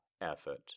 effort